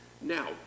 Now